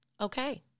okay